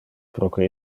proque